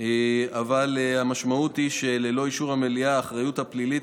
אבל המשמעות היא שללא אישור המליאה תבוטל האחריות הפלילית